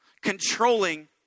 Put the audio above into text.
controlling